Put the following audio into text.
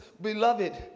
beloved